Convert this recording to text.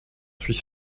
suis